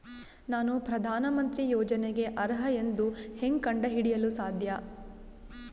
ನಾನು ಪ್ರಧಾನ ಮಂತ್ರಿ ಯೋಜನೆಗೆ ಅರ್ಹ ಎಂದು ಹೆಂಗ್ ಕಂಡ ಹಿಡಿಯಲು ಸಾಧ್ಯ?